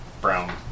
brown